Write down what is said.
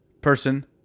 Person